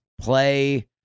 play